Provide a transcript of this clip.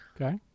Okay